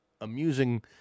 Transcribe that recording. amusing